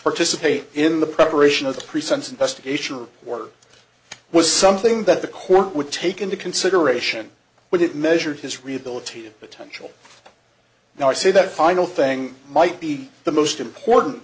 participate in the preparation of the present investigation work was something that the court would take into consideration when it measured his rehabilitated potential now i say that final thing might be the most important